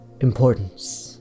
importance